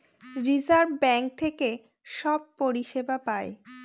reserve bank থেকে সব পরিষেবা পায়